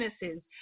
businesses